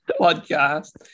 podcast